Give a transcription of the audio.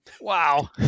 wow